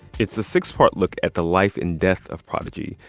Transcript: it's a six-part look at the life and death of prodigy.